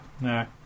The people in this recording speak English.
no